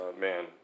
man